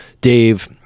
dave